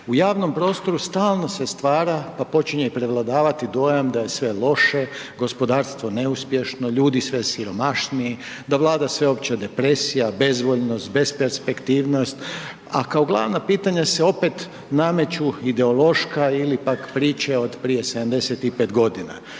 u javnom prostoru stalno se stvara, pa počinje prevladavati dojam da je sve loše, gospodarstvo neuspješno, ljudi sve siromašniji, da vlada sveopća depresija, bezvoljnost, besperspektivnost, a kao glavna pitanja se opet nameću ideološka ili pak priče od prije 75 godina.